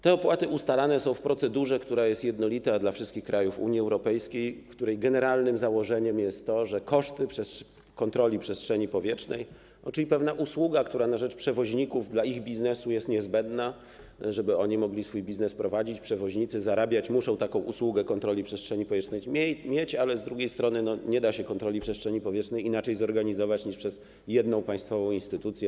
Te opłaty ustalane są w procedurze, która jest jednolita dla wszystkich krajów Unii Europejskiej, której generalnym założeniem jest to, jeżeli chodzi o koszty kontroli przestrzeni powietrznej, czyli pewną usługę, która jest wykonywana na rzecz przewoźników, która dla ich biznesu jest niezbędna, żeby oni mogli swój biznes prowadzić, przewoźnicy muszą zarabiać i muszą taką usługę kontroli przestrzeni powietrznej mieć, ale z drugiej strony nie da się kontroli przestrzeni powietrznej inaczej zorganizować niż przez jedną państwową instytucję.